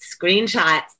screenshots